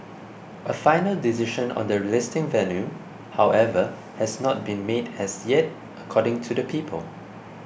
a final decision on the listing venue however has not been made as yet according to the people